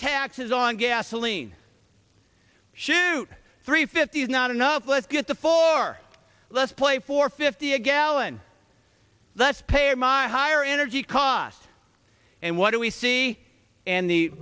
taxes on gasoline shoot three fifty is not enough let's get to four let's play for fifty a gallon that's paying my higher energy costs and what do we see and the